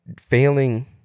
failing